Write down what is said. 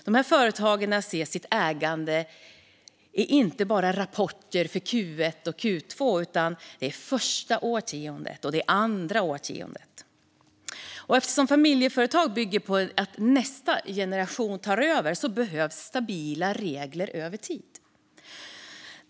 Dessa företag ser sitt ägande inte bara i rapporter för Q1 eller Q2 utan för första årtiondet och andra årtiondet. Eftersom familjeföretag bygger på att nästa generation tar över behövs stabila regler över tid.